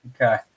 Okay